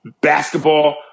basketball